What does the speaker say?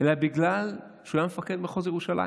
אלא בגלל שהוא היה מפקד מחוז ירושלים.